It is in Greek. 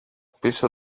πίσω